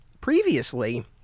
previously